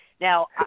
Now